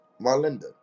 Marlinda